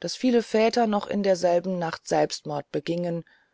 daß viele väter noch in derselben nacht selbstmord begingen